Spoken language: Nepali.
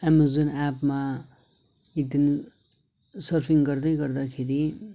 एमाजोन एपमा एकदिन सर्फिङ गर्दै गर्दाखेरि